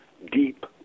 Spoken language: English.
deep